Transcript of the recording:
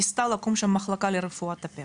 ניסתה לקום שם מחלקה לרפואת הפה.